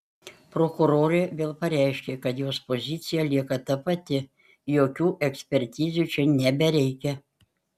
prokurorė vėl pareiškė kad jos pozicija lieka ta pati jokių ekspertizių čia nebereikia